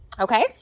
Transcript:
Okay